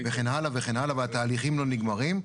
וכן הלאה וכן הלאה, והתהליכים לא נגמרים.